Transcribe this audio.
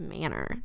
manner